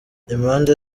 impande